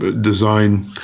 design